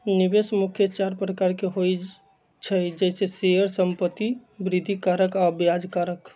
निवेश मुख्य चार प्रकार के होइ छइ जइसे शेयर, संपत्ति, वृद्धि कारक आऽ ब्याज कारक